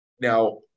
Now